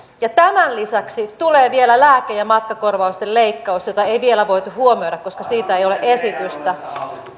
ja tämän lisäksi tulee vielä lääke ja matkakorvausten leikkaus jota ei vielä voitu huomioida koska siitä ei ole esitystä